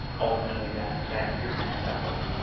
ultimately, that that you're going to end up with.